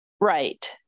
Right